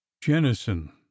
Jennison